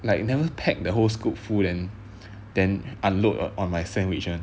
like never pack the whole scoop full then then unload on my sandwich [one]